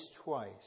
twice